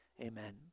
Amen